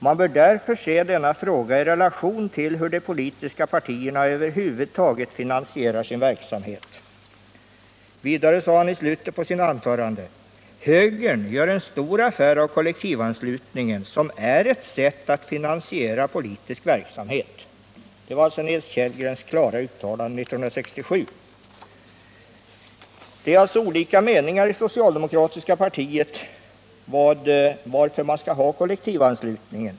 Man bör därför se denna fråga i relation till hur de politiska partierna över huvud taget finansierar sin verksamhet.” I slutet på samma anförande: ”Högern gör en stor affär av kollektivanslutningen som är ett sätt att finansiera politisk verksamhet.” Detta var Nils Kellgrens klara uttalanden 1967. Det finns alltså olika meningar inom det socialdemokratiska partiet om varför man skall ha kollektivanslutningen.